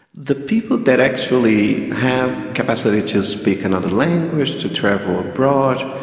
the people that actually have capacity to speak another language, to travel abroad,